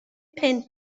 punt